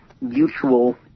mutual